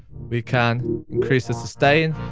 we can increase the sustain.